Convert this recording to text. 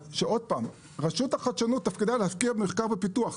רשות החדשנות תפקידה להשקיע במחקר ופיתוח,